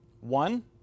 One